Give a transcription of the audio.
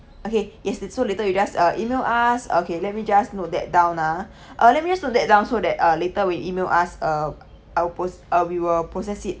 okay yes yes so later you just uh email us okay let me just note that down ah let me just note that down so that uh later when you email us uh i'll pos~ uh we will process it